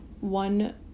one